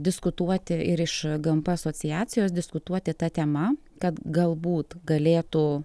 diskutuoti ir iš gmp asociacijos diskutuoti ta tema kad galbūt galėtų